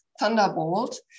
Thunderbolt